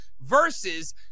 versus